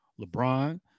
LeBron